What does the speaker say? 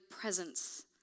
presence